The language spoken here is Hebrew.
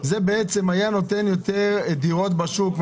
זה היה גורם ליותר דירות להשתחרר לשוק,